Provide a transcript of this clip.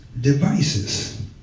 devices